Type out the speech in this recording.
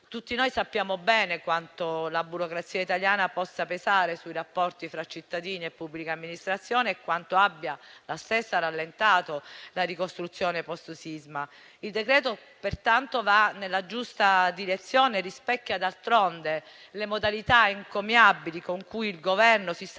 Tutti noi sappiamo bene quanto la burocrazia italiana possa pesare sui rapporti tra cittadini e pubblica amministrazione e quanto abbia la stessa rallentato la ricostruzione post*-*sisma. Il decreto va pertanto nella giusta direzione, rispecchiando d'altronde le modalità encomiabili con le quali il Governo si sta muovendo